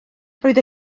roedd